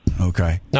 okay